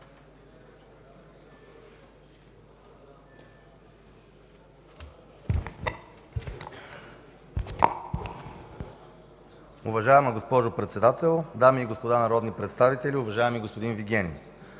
Уважаеми господин Председател, уважаеми господа народни представители! Уважаеми господин Вигенин,